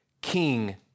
King